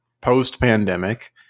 post-pandemic